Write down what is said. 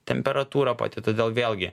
temperatūrą pati todėl vėlgi